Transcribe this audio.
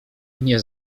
nie